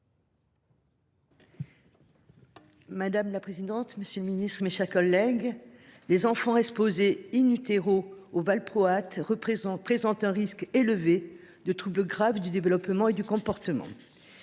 Madame la présidente, monsieur le garde des sceaux, mes chers collègues, « les enfants exposés au valproate présentent un risque élevé de troubles graves du développement et du comportement